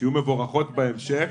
שתהיינה מבורכות בהמשך